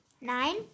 Nine